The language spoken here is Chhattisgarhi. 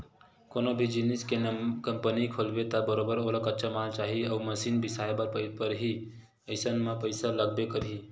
कोनो भी जिनिस के कंपनी खोलबे त बरोबर ओला कच्चा माल चाही अउ मसीन बिसाए बर परही अइसन म पइसा लागबे करही